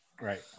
Right